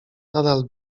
nadal